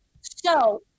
So-